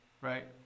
Right